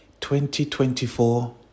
2024